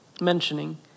mentioning